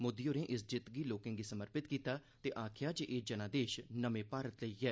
मोदी होरें इस जित्त गी लोकें गी समर्पित कीता ते आक्खेआ जे एह् जनादेश नमें भारत लेई ऐ